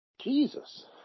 Jesus